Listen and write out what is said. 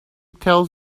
tells